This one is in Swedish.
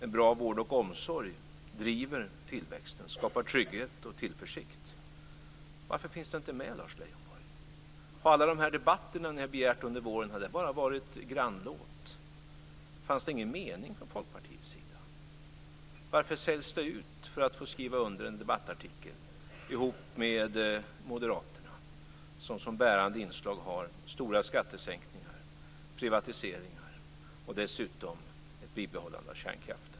En bra vård och omsorg driver tillväxten och skapar trygghet och tillförsikt. Varför finns det inte med, Lars Leijonborg? Har alla debatter som ni har begärt under våren bara varit grannlåt? Fanns det ingen mening från Folkpartiets sida? Varför säljs det ut, för att ni skall få skriva under en debattartikel ihop med Moderaterna, som har som bärande inslag stora skattesänkningar, privatiseringar och dessutom ett bibehållande av kärnkraften?